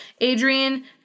Adrian